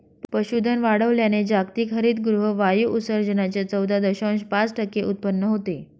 पशुधन वाढवल्याने जागतिक हरितगृह वायू उत्सर्जनाच्या चौदा दशांश पाच टक्के उत्पन्न होते